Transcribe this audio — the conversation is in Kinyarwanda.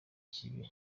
kibi